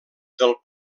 del